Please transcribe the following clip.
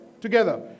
Together